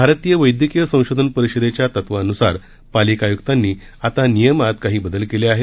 भारतीय वैद्यकीय संशोधन परिषदेच्या तत्वानुसार पालिका आयुक्तांनी आता नियमात काही बदल केले आहेत